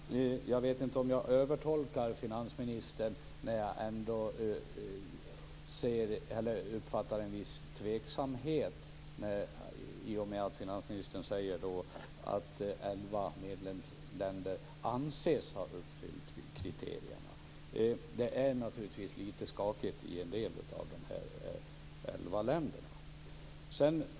Fru talman! Jag vet inte om jag övertolkar finansministern när jag uppfattar en viss tveksamhet när finansministern säger att elva medlemsländer anses ha uppfyllt kriterierna. Det är naturligtvis litet skakigt i en del av de elva länderna.